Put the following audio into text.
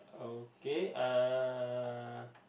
okay uh